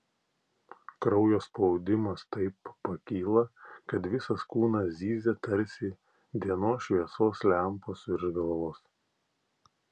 kraujo spaudimas taip pakyla kad visas kūnas zyzia tarsi dienos šviesos lempos virš galvos